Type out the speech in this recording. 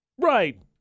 Right